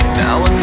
now